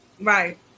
right